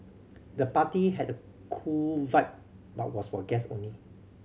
the party had a cool vibe but was for guests only